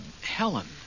Helen